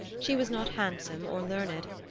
she was not handsome or learned,